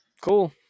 cool